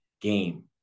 game